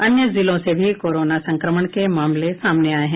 अन्य जिलों से भी कोरोना संक्रमण के मामले सामने आये हैं